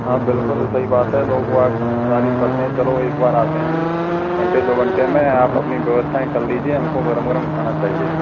हाँ बिल्कुल सही बात है लोग बाग तारीफ़ करते हैं चलो एक बार आते हैं हम घंटे दो घंटे में आप अपनी व्यवस्थाएं कर लीजिए हमको गरम गरम खाना चाहिए